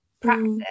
practice